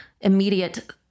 immediate